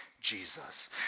Jesus